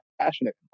passionate